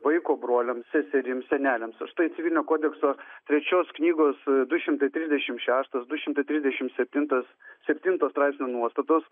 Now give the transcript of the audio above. vaiko broliams seserims seneliams štai civilinio kodekso trečios knygos du šimtai trisdešimt šeštas du šimtai trisdešimt septintas septinto straipsnio nuostatos